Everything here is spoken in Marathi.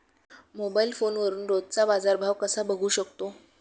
मोबाइल फोनवरून रोजचा बाजारभाव कसा बघू शकतो?